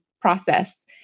process